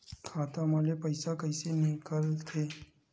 खाता मा ले पईसा कइसे निकल थे?